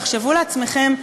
תחשבו לעצמכם,